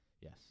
Yes